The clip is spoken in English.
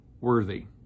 Worthy